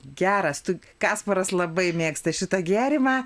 geras tu kasparas labai mėgsta šitą gėrimą